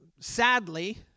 Sadly